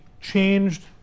changed